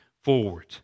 forward